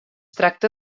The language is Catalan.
tracta